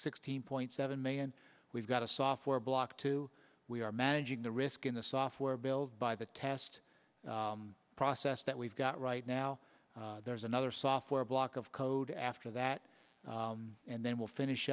sixteen point seven million we've got a software block to we are managing the risk in the software build by the test process that we've got right now there's another software block of code after that and then we'll finish